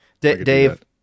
Dave